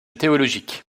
théologique